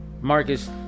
Marcus